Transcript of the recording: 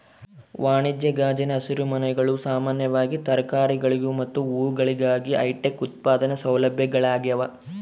ವಾಣಿಜ್ಯ ಗಾಜಿನ ಹಸಿರುಮನೆಗಳು ಸಾಮಾನ್ಯವಾಗಿ ತರಕಾರಿಗಳು ಮತ್ತು ಹೂವುಗಳಿಗಾಗಿ ಹೈಟೆಕ್ ಉತ್ಪಾದನಾ ಸೌಲಭ್ಯಗಳಾಗ್ಯವ